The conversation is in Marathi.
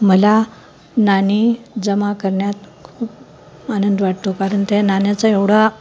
मला नाणी जमा करण्यात खूप आनंद वाटतो कारण त्या नाण्याचा एवढा